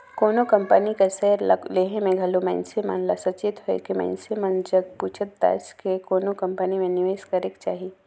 कोनो कंपनी कर सेयर ल लेहे में घलो मइनसे मन ल सचेत होएके मइनसे मन जग पूइछ ताएछ के कोनो कंपनी में निवेस करेक चाही